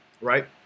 right